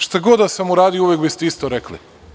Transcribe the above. Šta god da sam uradio uvek biste isto rekli.